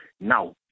Now